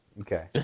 Okay